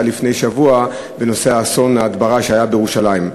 לפני שבוע בנושא אסון ההדברה שהיה בירושלים.